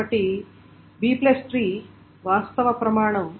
కాబట్టి Bట్రీ వాస్తవ ప్రమాణం